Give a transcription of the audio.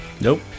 Nope